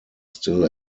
still